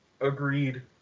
Agreed